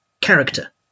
character